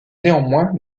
néanmoins